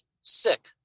Sick